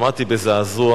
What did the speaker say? שמעתי בזעזוע